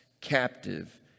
captive